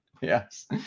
Yes